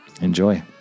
Enjoy